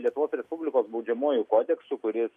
lietuvos respublikos baudžiamuoju kodeksu kuris